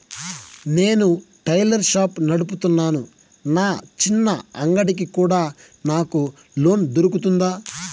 నేను tailor shop నడుపుతున్నాను, నా చిన్న అంగడి కి కూడా నాకు లోను దొరుకుతుందా?